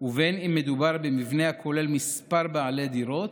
ובין שמדובר במבנה הכולל כמה בעלי דירות,